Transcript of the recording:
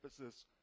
emphasis